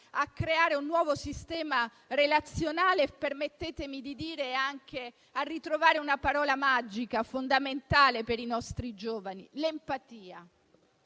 a creare un nuovo sistema relazionale e - permettetemi di dire - anche a ritrovare una parola magica, fondamentale per i nostri giovani: l'empatia.